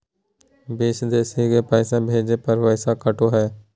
बिदेशवा मे पैसवा भेजे पर पैसों कट तय?